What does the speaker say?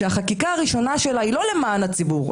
שהחקיקה הראשונה שלה היא לא למען הציבור,